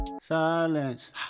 silence